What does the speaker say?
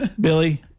Billy